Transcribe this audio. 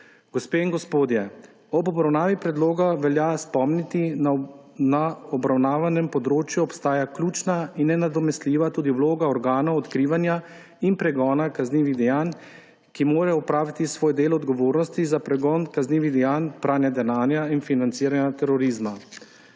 Gospe in gospodje, ob obravnavi predloga velja spomniti, da na obravnavanem področju obstaja ključna in nenadomestljiva vloga organov odkrivanja in pregona kaznivih dejanj, ki morajo opraviti svoj del odgovornosti za pregon kaznivih dejanj pranja denarja in financiranja terorizma.